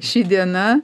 ši diena